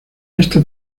esta